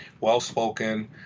well-spoken